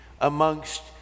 amongst